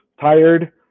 tired